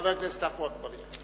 חבר הכנסת עפו אגבאריה,